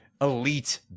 elite